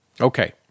Okay